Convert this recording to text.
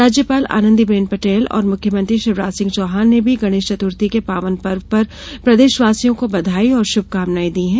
राज्यपाल आनंदीबेन पटेल और मुख्यमंत्री शिवराज सिंह चौहान ने भी गणेश चतुर्थी के पावन पर्व पर प्रदेशवासियों को बघाई और श्रभकामनाएँ दी हैं